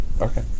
Okay